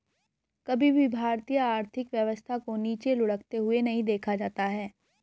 कभी भी भारतीय आर्थिक व्यवस्था को नीचे लुढ़कते हुए नहीं देखा जाता है